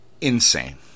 insane